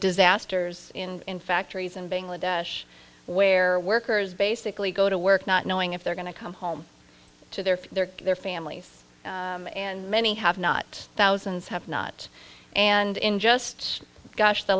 disasters in factories in bangladesh where workers basically go to work not knowing if they're going to come home to their their their families and many have not thousands have not and in just gosh the